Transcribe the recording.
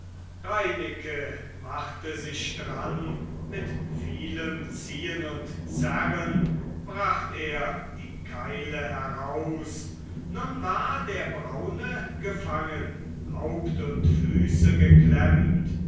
reineke machte sich dran mit vielem ziehen und zerren bracht er die keile heraus nun war der braune gefangen haupt und füße geklemmt